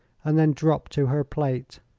and then dropped to her plate.